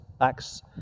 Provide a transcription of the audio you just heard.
Acts